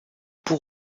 pour